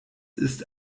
ist